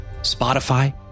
Spotify